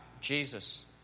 Jesus